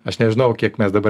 aš nežinau kiek mes dabar